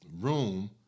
room